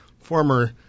former